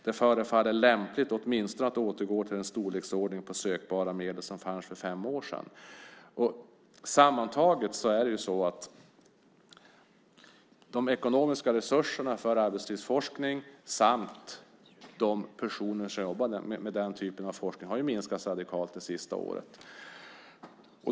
Det förefaller lämpligt att återgå åtminstone till den storleksordning på sökbara medel som fanns för fem år sedan. Sammantaget har de ekonomiska resurserna för arbetslivsforskning och antalet personer som jobbar med den typen av forskning minskat radikalt de senaste åren.